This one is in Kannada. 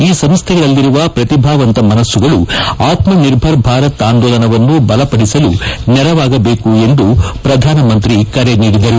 ಈ ಸಂಸ್ಟೆಗಳಲ್ಲಿರುವ ಶ್ರತಿಭಾವಂತ ಮನಸ್ಸುಗಳು ಆತ್ಮನಿರ್ಭರ್ ಭಾರತ್ ಆಂದೋಲನವನ್ನು ಬಲಪಡಿಸಲು ನೆರವಾಗಬೇಕು ಎಂದು ಕರೆ ನೀಡಿದರು